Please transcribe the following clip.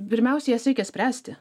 pirmiausia jas reikia spręsti